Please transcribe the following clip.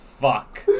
fuck